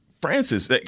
Francis